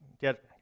get